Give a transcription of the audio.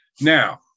Now